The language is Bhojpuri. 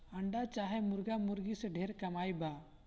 अंडा चाहे मुर्गा मुर्गी से ढेर कमाई बा